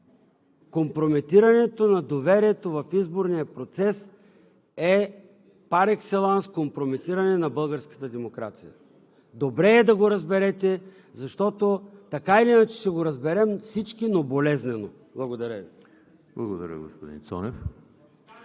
Компрометирането на доверието в изборния процес е пар екселанс компрометиране на българската демокрация. Добре е да го разберете, защото така или иначе ще го разберем всички, но болезнено. Благодаря Ви.